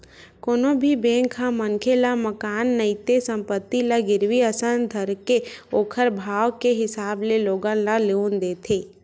कोनो भी बेंक ह मनखे ल मकान नइते संपत्ति ल गिरवी असन धरके ओखर भाव के हिसाब ले लोगन ल लोन देथे